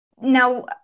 Now